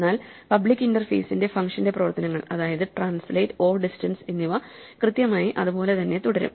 എന്നാൽ പബ്ലിക് ഇന്റർഫേസിന്റെ ഫങ്ഷന്റെ പ്രവർത്തനങ്ങൾ അതായത് ട്രാൻസ്ലേറ്റ് ഓ ഡിസ്റ്റൻസ് എന്നിവ കൃത്യമായി അതേപോലെ തന്നെ തുടരും